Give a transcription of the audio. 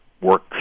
work